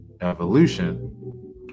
evolution